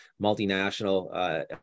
multinational